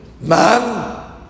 man